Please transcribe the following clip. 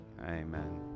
amen